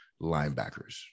linebackers